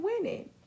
winning